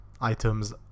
items